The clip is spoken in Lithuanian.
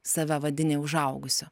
save vadini užaugusiu